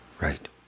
Right